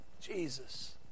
Jesus